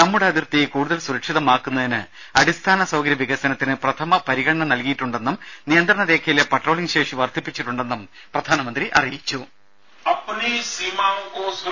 നമ്മുടെ അതിർത്തി കൂടുതൽ സുരക്ഷിതമാക്കുന്നതിന് അടിസ്ഥാന സൌകര്യ വികസനത്തിന് പ്രഥമ പരിഗണന നൽകിയിട്ടുണ്ടെന്നും നിയന്ത്രണ രേഖയിലെ പട്രോളിങ് ശേഷി വർധിപ്പിച്ചിട്ടുണ്ടെന്നും പ്രധാനമന്ത്രി അറിയിച്ചു